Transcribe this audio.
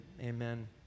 amen